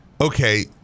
Okay